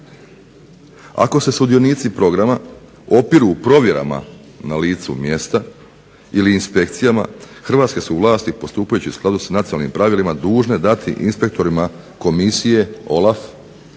Ako se sudionici programa opiru provjerama na licu mjesta ili inspekcijama hrvatske su vlasti postupajući u skladu sa nacionalnim pravilima dužne dati inspektorima Komisije OLAF